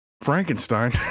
Frankenstein